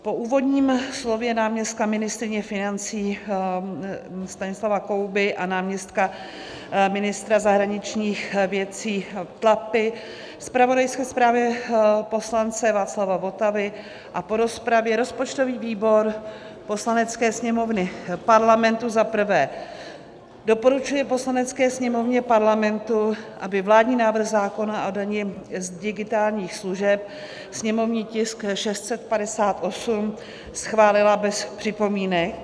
Po úvodním slově náměstka ministryně financí Stanislava Kouby a náměstka ministra zahraničních věcí Tlapy, zpravodajské zprávě poslance Václava Votavy a po rozpravě rozpočtový výbor Poslanecké sněmovny Parlamentu za prvé doporučuje Poslanecké sněmovně Parlamentu, aby vládní návrh zákona o dani z digitálních služeb, sněmovní tisk 658, schválila bez připomínek.